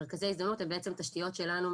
מרכזי הזדמנות אלו בעצם תשתיות שלנו,